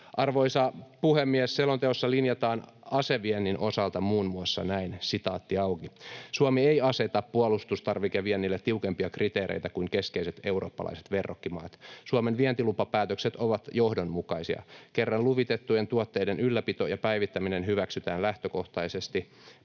Arvoisa puhemies! Selonteossa linjataan aseviennin osalta muun muassa näin: ”Suomi ei aseta puolustustarvikeviennille tiukempia kriteereitä kuin keskeiset eurooppalaiset verrokkimaat. Suomen vientilupapäätökset ovat johdonmukaisia. Kerran luvitettujen tuotteiden ylläpito ja päivittäminen hyväksytään lähtökohtaisesti,